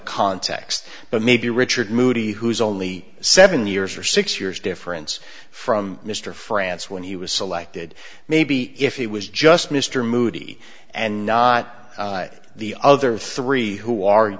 context but maybe richard moody who's only seven years or six years difference from mr france when he was selected maybe if he was just mr moody and not the other three who are